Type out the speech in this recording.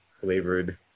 flavored